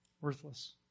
Worthless